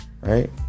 right